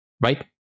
right